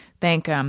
thank